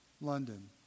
London